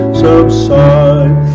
subside